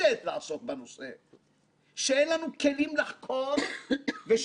במידה רבה ועדת החקירה הייתה מבחינתי הזדמנות